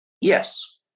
Yes